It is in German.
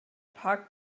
parkt